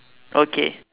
okay